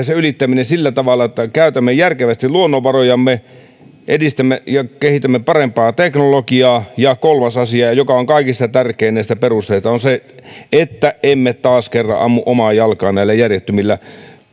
se ylittäminen pitää tehdä sillä tavalla että käytämme järkevästi luonnonvarojamme ja kehitämme parempaa teknologiaa ja kolmas asia joka on kaikista tärkein näistä perusteista on se että emme taas kerran ammu omaan jalkaan näillä järjettömillä